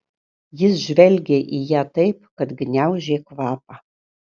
jis žvelgė į ją taip kad gniaužė kvapą